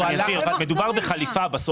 בסוף מדובר בחליפה.